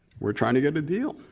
we're trying to get a deal